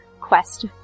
quest